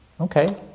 okay